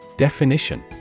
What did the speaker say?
Definition